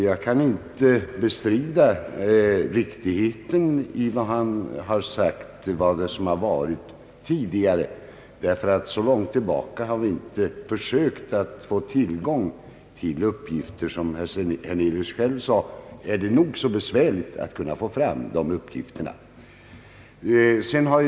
Jag kan inte bestrida riktigheten i vad han sagt om det som förekommit tidigare. Så långt tillbaka har vi inte försökt få tillgång till uppgifter. Som herr Hernelius själv sade är det nog så besvärligt att få fram dessa uppgifter.